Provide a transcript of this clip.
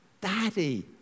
daddy